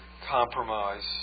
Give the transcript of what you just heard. Compromise